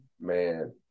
man